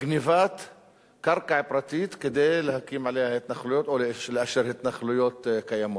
גנבת קרקע פרטית כדי להקים עליה התנחלויות או לאשר התנחלויות קיימות.